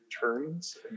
turns